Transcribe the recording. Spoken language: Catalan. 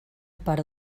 pare